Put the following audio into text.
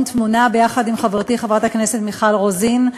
"תמונע" ביחד עם חברתי חברת הכנסת מיכל רוזין,